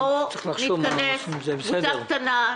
בואו נתכנס קבוצה קטנה,